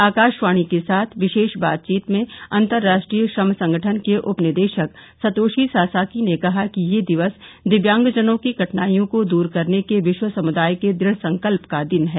आकाशवाणी के साथ विशेष बातचीत में अंतर्राष्ट्रीय श्रम संगठन के उपनिदेशक सतोषी सासाकी ने कहा कि यह दिवस दिव्यांग जनों की कठिनाईयों को दूर करने के विश्व समुदाय के दृढ़ संकल्प का दिन है